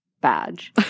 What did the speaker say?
badge